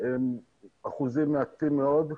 הם אחוזים מעטים מאוד.